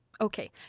Okay